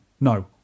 No